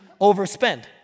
overspend